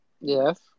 Yes